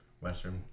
Western